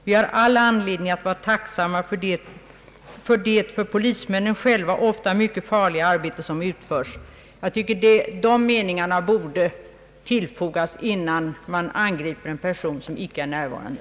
Vi har all anledning att vara tacksamma för det för polismännen själva ofta mycket farliga arbete som utförs.» De meningarna borde tillfogas, innan man angriper en person som icke är närvarande.